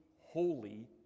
holy